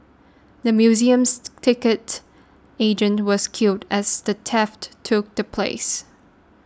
the museum's ticket agent was killed as the theft took the place